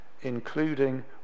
including